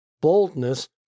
boldness